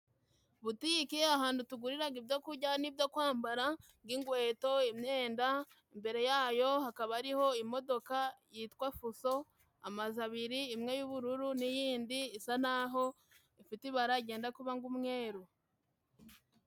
Butike ahantu tuguriraga ibyo kujya n'ibyo kwambara, ng'inkweto imyenda. Imbere yayo hakaba ariho imodoka yitwa fuso. Amazu abiri imwe y'ubururu n'iyindi isa naho ifite ibara ryenda kuba ng'umweru.